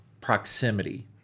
proximity